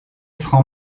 franc